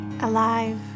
alive